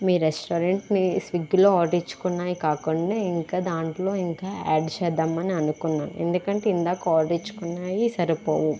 మీ రెస్టారెంట్ని స్విగ్గీలో ఆర్డర్ ఇచ్చుకున్నవి కాకుండా ఇంకా దాంట్లో ఇంకా యాడ్ చేద్దామని అనుకున్నాను ఎందుకంటే ఇందాక ఆర్డర్ ఇచ్చుకున్నవి సరిపోవు